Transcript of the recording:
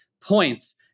points